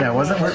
yeah wasn't